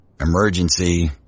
Emergency